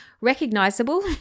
recognizable